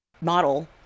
model